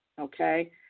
Okay